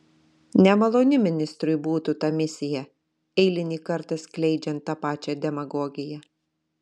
nemaloni ministrui būtų ta misija eilinį kartą skleidžiant tą pačią demagogiją